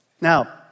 Now